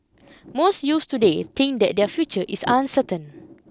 most youths today think that their future is uncertain